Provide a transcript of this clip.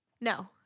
No